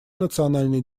национальный